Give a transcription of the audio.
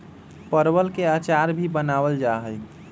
परवल के अचार भी बनावल जाहई